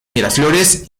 miraflores